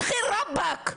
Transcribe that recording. דחיל ראבק.